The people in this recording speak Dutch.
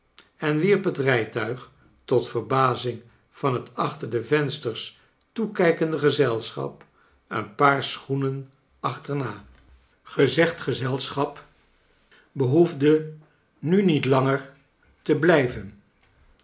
en wierp het rijtuig tot vcrbazing van het achter de vensters toekijkende gezelschap een paar schoenen achterna gezegd gezelschap behoef de nu niet laager te blij